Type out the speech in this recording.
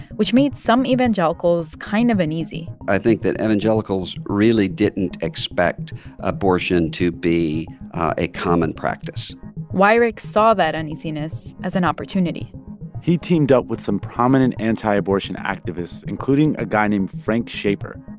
which made some evangelicals kind of uneasy i think that evangelicals really didn't expect abortion to be a common practice weyrich saw that uneasiness as an opportunity he teamed up with some prominent anti-abortion activists, including a guy named frank schaeffer.